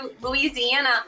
Louisiana